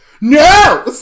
No